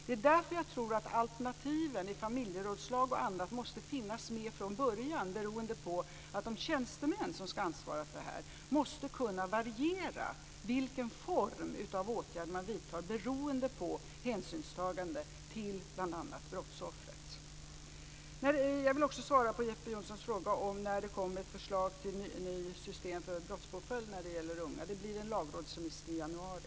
Det är därför jag tror att alternativen i familjerådslag och annat måste finnas med från början beroende på att de tjänstemän som skall ansvara för detta måste kunna variera vilken form av åtgärd man vidtar beroende på hänsynstagande till bl.a. brottsoffret. Jag vill också svara på Jeppe Jonssons fråga om när det kommer ett förslag till nytt system för brottspåföljd när det gäller unga. Det blir en lagrådsremiss i januari.